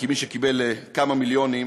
כמי שקיבל כמה מיליונים,